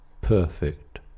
perfect